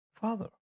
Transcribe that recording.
father